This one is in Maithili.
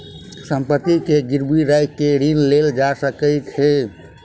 संपत्ति के गिरवी राइख के ऋण लेल जा सकै छै